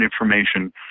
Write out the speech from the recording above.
information